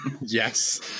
Yes